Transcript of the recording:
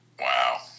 Wow